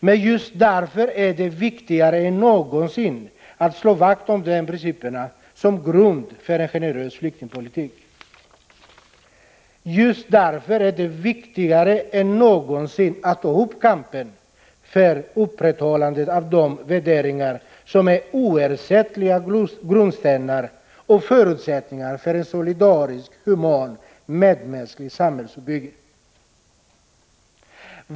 Men just därför är det viktigare än någonsin att slå vakt om de här principerna som en grund för en generös flyktingpolitik. Just därför är det viktigare än någonsin att ta upp kampen för ett upprätthållande av de värderingar som är oersättliga grundstenar och förutsättningar för ett solidariskt, humant, medmänskligt samhälle.